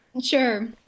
Sure